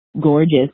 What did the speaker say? gorgeous